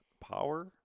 power